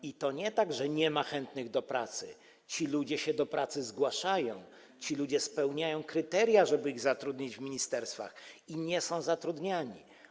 I to nie tak, że nie ma chętnych do pracy, ci ludzie się do pracy zgłaszają, ci ludzie spełniają kryteria, żeby ich zatrudnić w ministerstwach - i nie są zatrudniani.